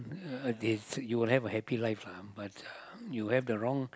uh this you will have a happy life lah but uh you have the wrong